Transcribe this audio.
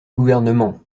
gouvernement